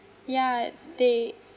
yeah they